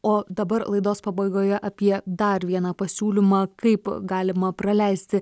o dabar laidos pabaigoje apie dar vieną pasiūlymą kaip galima praleisti